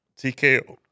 TKO